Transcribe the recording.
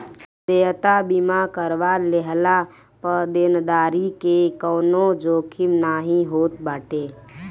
देयता बीमा करवा लेहला पअ देनदारी के कवनो जोखिम नाइ होत बाटे